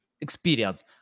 experience